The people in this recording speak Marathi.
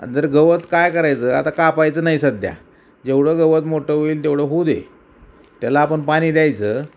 आणि जर गवत काय करायचं आता कापायचं नाही सध्या जेवढं गवत मोठं होईल तेवढं होऊ दे त्याला आपण पाणी द्यायचं